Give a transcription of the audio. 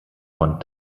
von